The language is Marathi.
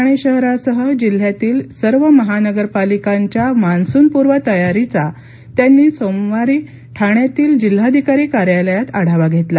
ठाणे शहरासह जिल्ह्यातील सर्व महानगरपालिकांच्या मान्सूनपूर्व तयारीचा त्यांनी सोमवारी ठाण्यातील जिल्हाधिकारी कार्यालयात आढावा घेतला